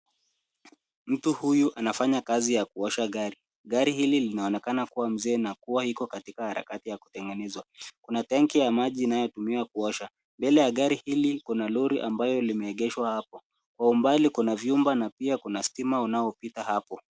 Mtu huyu anafanya kazi ya kuosha gari. Gari hili linaonekana kuwa mzee na kuwa iko katika harakati ya kutengenezwa. Kuna tanki ya maji inayotumiwa kuosha. Mbele ya gari hili kuna lori ambayo limeegeshwa hapo. Kwa umbali kuna vyumba na pia kuna stima unaopita hapo.